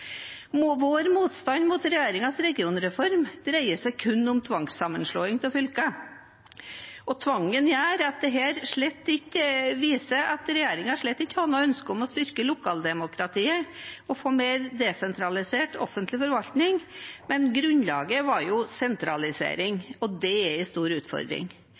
tenkning. Vår motstand mot regjeringens regionreform dreier seg kun om tvangssammenslåing av fylker. Tvangen viser at regjeringen slett ikke har noe ønske om å styrke lokaldemokratiet og få en mer desentralisert offentlig forvaltning. Grunnlaget var sentralisering, og det er en stor utfordring.